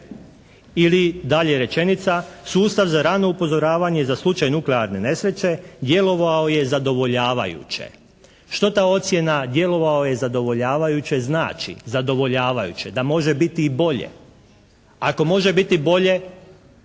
Ili dalje rečenica, sustav za rano upozoravanje za slučaj nuklearne nesreće djelovao je zadovoljavajuće. Što ta ocjena djelovao je zadovoljavajuće znači? Zadovoljavajuće. Da može biti i bolje. Ako može biti bolje